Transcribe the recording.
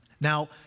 Now